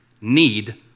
need